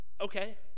okay